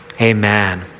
amen